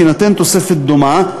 תינתן תוספת דומה,